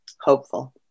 hopeful